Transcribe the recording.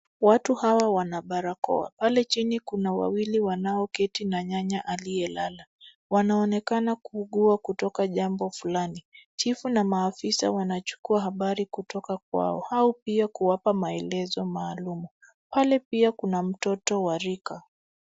Watu hawa wana barakoa. Pale chini kuna wawili wanaoketi na nyanya aliyelala. Wanaaonekana kuugua kutoka jambo fulani. Chifu na maafisa wanachukua habari kutoka kwao pia kuwapa maelezo maalum. Pale pia kuna mtoto wa rika.